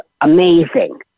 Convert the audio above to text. amazing